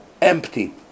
empty